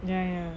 ya ya